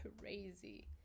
crazy